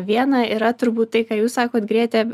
viena yra turbūt tai ką jūs sakot grėte